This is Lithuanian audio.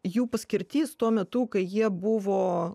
jų paskirtis tuo metu kai jie buvo